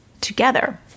together